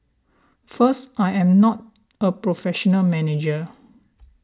first I am not a professional manager